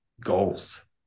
goals